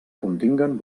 continguen